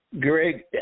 Greg